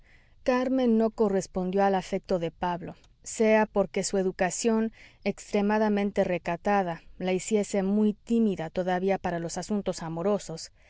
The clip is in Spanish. carmen no correspondió al afecto de pablo sea por que su educación extremadamente recatada la hiciese muy tímida todavía para los asuntos amorosos